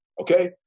Okay